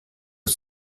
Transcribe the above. aux